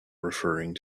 referring